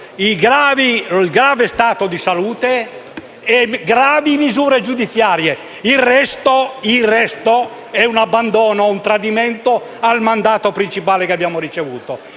il grave stato di salute e gravi misure giudiziarie. Il resto è un abbandono, un tradimento al mandato principale ricevuto.